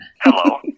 Hello